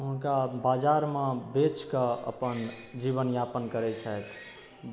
हुनका बाजारमे बेचि कऽ अपन जीवनयापन करैत छथि